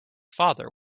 father